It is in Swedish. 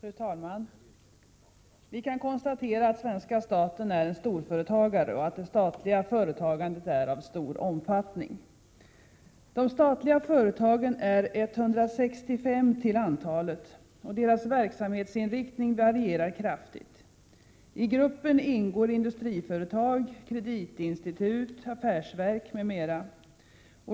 Fru talman! Vi kan konstatera att svenska staten är en storföretagare och att det statliga företagandet är av stor omfattning. De statliga företagen är 165 till antalet, och deras verksamhetsinriktning varierar kraftigt. I gruppen ingår industriföretag, kreditinstitut, affärsverk m.m.